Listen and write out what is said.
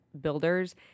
builders